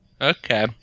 Okay